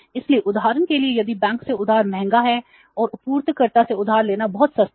इसलिए उदाहरण के लिए यदि बैंक से उधार महंगा है और आपूर्तिकर्ता से उधार लेना बहुत सस्ता है